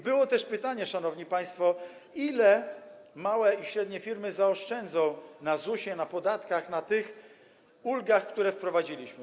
Było też pytanie, szanowni państwo, ile małe i średnie firmy zaoszczędzą na ZUS-ie, na podatkach, na tych ulgach, które wprowadziliśmy.